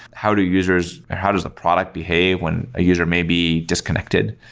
how do users how does the product behave when a user may be disconnected.